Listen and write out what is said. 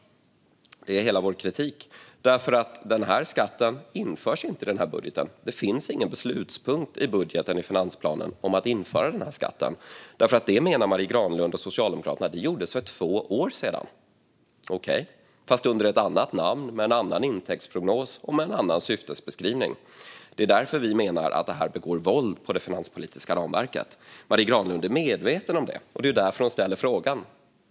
Det är hela vår kritik. Den här skatten införs inte i den här budgeten. Det finns ingen beslutspunkt i budgeten och i finansplanen om att införa denna skatt. Marie Granlund och Socialdemokraterna menar att det gjordes för två år sedan - okej, fast under ett annat namn, med en annan intäktsprognos och med en annan syftesbeskrivning. Det är därför vi menar att man med det här begår våld på det finanspolitiska ramverket. Marie Granlund är medveten om detta, och det är därför hon ställer frågan.